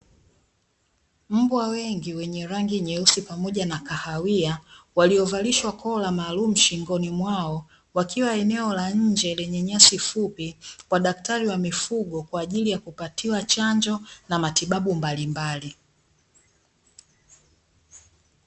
Mbwa wengi wenye rangi nyeusi pamoja na kahawia, waliovalishwa kola maalumu shingoni mwao, wakiwa eneo la nje lenye nyasi fupi kwa dakatari wa mifugo kwa ajili ya kupatiwa chanjo na matibabu mbalimbali.